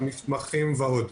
המסמכים ועוד.